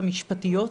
המשפטיות,